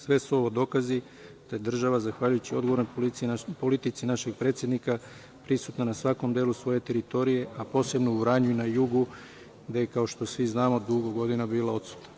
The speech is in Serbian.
Sve su ovo dokazi da je država, zahvaljujući odgovornoj politici našeg predsednika, prisutna na svakom delu svoje teritorije, a posebno u Vranju i na jugu, gde je, kao što svi znamo, dugo godina bila odsutna.